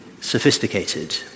sophisticated